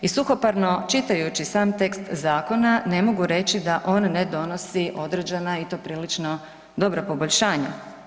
I suhoparno čitajući sam tekst zakona ne mogu reći da on ne donosi određena i to prilično dobra poboljšanja.